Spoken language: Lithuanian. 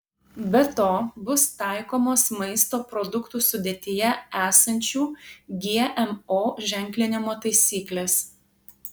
be to bus taikomos maisto produktų sudėtyje esančių gmo ženklinimo taisyklės